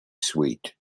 sweet